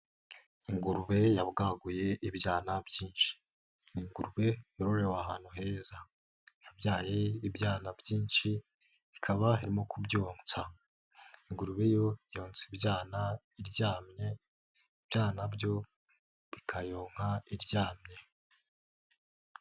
Ingurube yabwaguye ibyana byinshi, ni ingurube yororewe ahantu heza, yabyaye ibyana byinshi ikaba irimo kubyonsa, ingurube yo yonsa ibyana iryamye ibyana byo bikayonka iryamye.